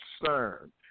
concern